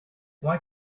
why